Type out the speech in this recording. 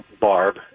Barb